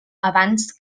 abans